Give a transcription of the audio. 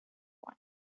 one